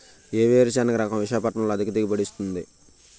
ఏ వేరుసెనగ రకం విశాఖపట్నం లో అధిక దిగుబడి ఇస్తుంది?